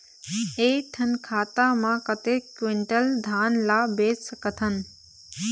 एक ठन खाता मा कतक क्विंटल धान ला बेच सकथन?